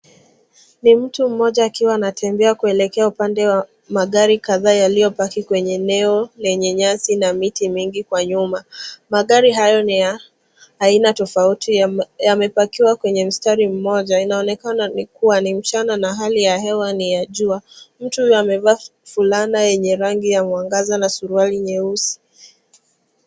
Ni mtu mmoja akiwa anatembea kuelekea upande wa magari kadhaa yaliyopaki kwenye eneo lenye nyasi na miti mingi kwa nyuma. Magari hayo ni ya aina tofauti yamepakiwa kwenye mstari mmoja. Inaonekana kuwa ni mchana na hali ya hewa ni ya jua. Mtu huyu amevaa fulana yenye rangi ya mwangaza na suruali nyeusi.